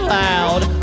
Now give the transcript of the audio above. loud